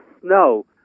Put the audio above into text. snow